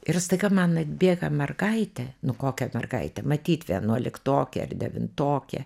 ir staiga man atbėga mergaitė nu kokia mergaitė matyt vienuoliktokė ar devintokė